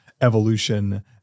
evolution